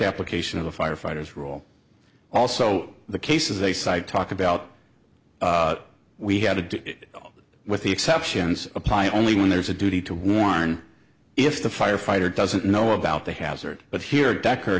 application of the firefighters rule also the cases they cite talk about we had to do it with the exceptions apply only when there's a duty to warn if the firefighter doesn't know about the hazard but here decker